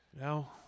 no